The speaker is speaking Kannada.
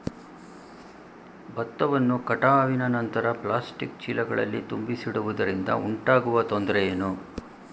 ಭತ್ತವನ್ನು ಕಟಾವಿನ ನಂತರ ಪ್ಲಾಸ್ಟಿಕ್ ಚೀಲಗಳಲ್ಲಿ ತುಂಬಿಸಿಡುವುದರಿಂದ ಉಂಟಾಗುವ ತೊಂದರೆ ಏನು?